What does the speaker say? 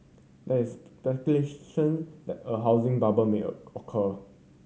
there is speculation that a housing bubble may occur